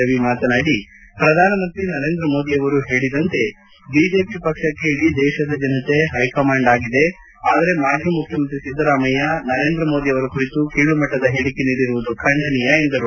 ರವಿ ಮಾತನಾಡಿ ಪ್ರಧಾನ ಮಂತ್ರಿ ನರೇಂದ್ರ ಮೋದಿಯವರು ಹೇಳಿದಂತೆ ಬಿಜೆಪಿ ಪಕ್ಷಕ್ಕೆ ಇಡೀ ದೇಶದ ಜನತೆ ಪೈ ಕಮಾಂಡ್ ಆಗಿದೆ ಆದರೆ ಮಾಜಿ ಮುಖ್ಯಮತ್ರಿ ಸಿದ್ದರಾಮಯ್ಯ ನರೇಂದ್ರ ಮೋದಿಯವರ ಕುರಿತು ಕೀಳು ಮಟ್ಟದ ಹೇಳಿಕೆ ನೀಡಿರುವುದು ಖಂಡನೀಯ ಎಂದರು